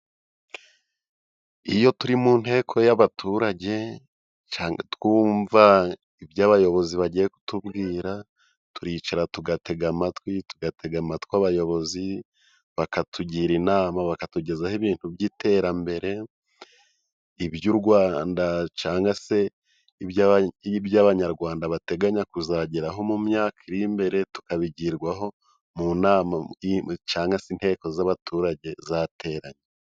Iyo turi mu nteko y'abaturage， cyangwa twumva ibyo abayobozi bagiye kutubwira， turicara tugatega amatwi，tugatega amatwi abayobozi bakatugira inama， bakatugezaho ibintu by'iterambere， iby'u Rwanda cangwa se ibyo abanyarwanda bateganya kuzageraho mu myaka iri imbere， tukabigirwaho mu nama cyangwa se inteko z'abaturage zateranye.